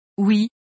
Oui